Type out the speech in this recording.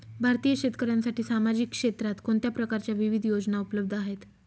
भारतीय शेतकऱ्यांसाठी सामाजिक क्षेत्रात कोणत्या प्रकारच्या विविध योजना उपलब्ध आहेत?